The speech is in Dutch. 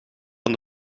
van